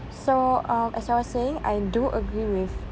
so uh as I was saying I do agree with